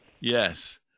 Yes